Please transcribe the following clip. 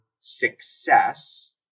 success